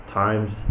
times